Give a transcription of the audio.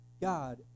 God